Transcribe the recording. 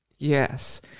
Yes